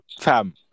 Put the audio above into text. fam